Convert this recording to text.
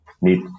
need